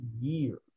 year